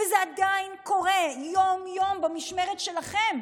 וזה עדיין קורה יום-יום במשמרת שלכם.